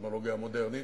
הטכנולוגיה המודרנית,